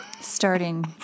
starting